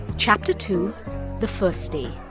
chapter two the first day